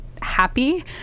happy